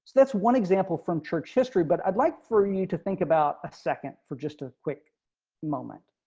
that's one example from church history, but i'd like for you to think about a second for just a quick moment.